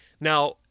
Now